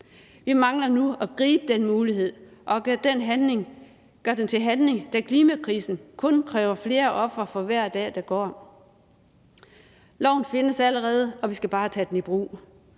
Vi mangler nu at gribe den mulighed og gøre den til handling, da klimakrisen kun kræver flere ofre for hver dag, der går. Loven findes allerede, og vi skal bare tage den i brug.